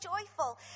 joyful